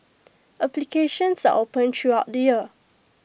applications are open throughout the year